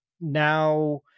now